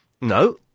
No